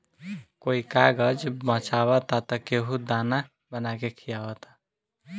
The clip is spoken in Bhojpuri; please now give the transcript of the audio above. कोई कागज बचावता त केहू दाना बना के खिआवता